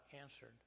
answered